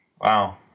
Wow